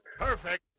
perfect